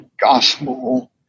gospel